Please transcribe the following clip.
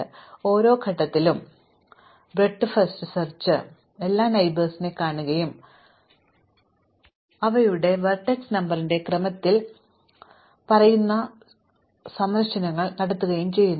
അതിനാൽ ഓരോ ഘട്ടത്തിലും വീതിയുടെ ആദ്യ തിരയൽ അതിന്റെ എല്ലാ അയൽക്കാരെയും കാണുകയും അവരുടെ വെർട്ടെക്സ് നമ്പറിന്റെ ക്രമത്തിൽ പറയുന്ന സന്ദർശനങ്ങൾ നടത്തുകയും ചെയ്യുന്നു